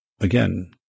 again